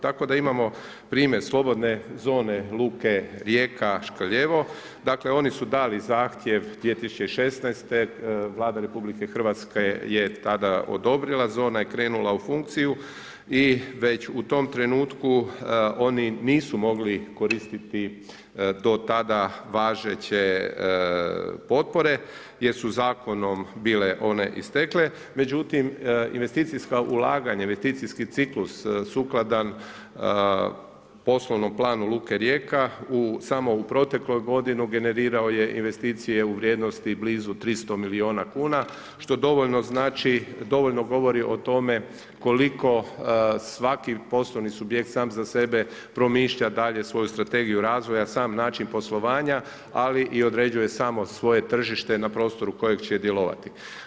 Tako da imamo primjer slobodne zone luke Rijeka-Škrljevo, dakle oni su dali zahtjev 2016., Vlada RH je tada odobrila, zona je krenula u funkciju i već u tom trenutku oni nisu mogli koristiti to tada važeće potpore jer su zakonom bile one istekle međutim investicijska ulaganja, investicijski ciklus sukladan poslovnom planu luke Rijeka samo u protekloj godini generirao je investicije u vrijednosti blizu 300 milijuna kuna što dovoljno govori o tome koliko svaki poslovni subjekt sam za sebe promišlja dalje svoju strategiju razvoja, sam način poslovanja ali i određuje samo svoje tržište na prostoru kojeg će djelovati.